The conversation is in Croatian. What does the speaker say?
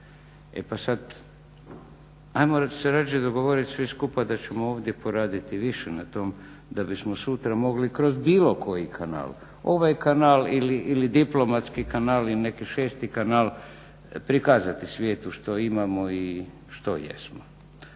E pa sada ajmo se rađe dogovoriti svi skupa da ćemo ovdje poraditi više na tom da bismo sutra mogli kroz bilo koji kanal, ovaj kanal ili diplomatski kanal ili neki 6.kanal prikazati svijetu što imamo i što jesmo.